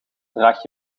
draag